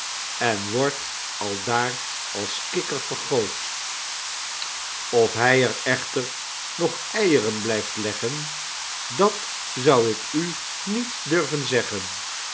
den schoolmeester of hy er echter nog eieren blijft leggen dat zou ik u niet durven zeggen